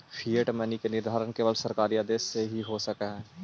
fiat money के निर्धारण केवल सरकारी आदेश से हो सकऽ हई